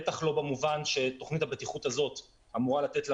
בטח לא במובן שתכנית הבטיחות הזו אמורה לתת לה